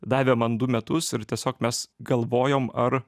davė man du metus ir tiesiog mes galvojom ar